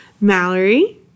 Mallory